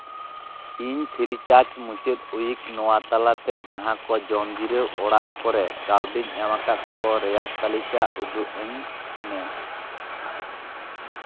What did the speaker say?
ᱤᱧ ᱯᱷᱤᱨᱤ ᱪᱟᱨᱪ ᱢᱩᱪᱟᱹᱫ ᱩᱭᱤᱠ ᱱᱚᱣᱟ ᱛᱟᱞᱟᱛᱮ ᱡᱟᱸᱦᱟ ᱠᱚ ᱡᱚᱢ ᱡᱤᱨᱟᱹᱣ ᱚᱲᱟᱜ ᱠᱚᱨᱮᱜ ᱠᱟᱹᱣᱰᱤᱧ ᱮᱢ ᱠᱟᱣ ᱠᱚ ᱨᱮᱭᱟᱜ ᱛᱟᱞᱤᱠᱟ ᱩᱫᱩᱜ ᱤᱧ ᱢᱮ